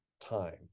time